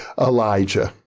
Elijah